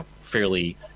fairly